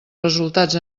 resultats